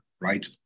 right